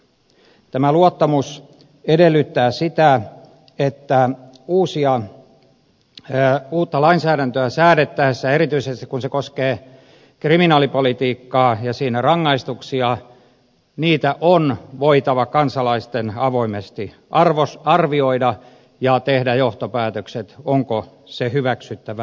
tämä luottamus edellyttää sitä että uutta lainsäädäntöä säädettäessä erityisesti kun se koskee kriminaalipolitiikkaa ja siinä rangaistuksia niitä on voitava kansalaisten avoimesti arvioida ja tehdä johtopäätökset onko se hyväksyttävää vai ei